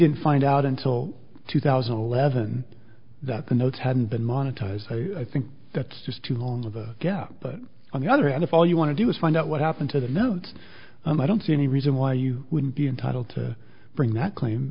didn't find out until two thousand and eleven that the notes hadn't been monetized i think that's just too long of a gap but on the other hand if all you want to do is find out what happened to the notes and i don't see any reason why you would be entitled to bring that claim